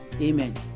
amen